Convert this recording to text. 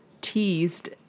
teased